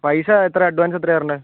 പൈസ എത്രയാണ് അഡ്വാൻസ് എത്രയാണ് തരേണ്ടത്